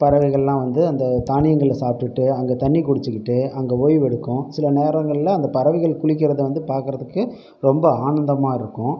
பறவைகளெலாம் வந்து அந்த தானியங்களை சாப்பிட்டுட்டு அங்கே தண்ணி குடிச்சுக்கிட்டு அங்கே ஓய்வு எடுக்கும் சில நேரங்களில் அந்த பறவைகள் குளிக்கிறதை வந்து பார்க்கறதுக்கு ரொம்ப ஆனந்தமாக இருக்கும்